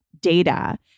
data